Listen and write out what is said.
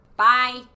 Bye